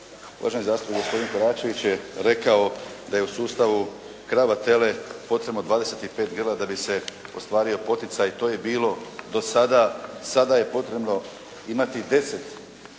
uvaženi zastupnik gospodin Koračević je rekao da je u sustavu krava tele, …/Govornik se ne razumije./… 25 grla da bi se ostvario poticaj, to je bilo do sada. Sada je potrebno imati 10 krava,